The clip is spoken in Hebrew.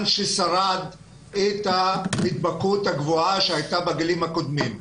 ששרד את ההידבקות הגבוהה שהייתה בגלים הקודמים.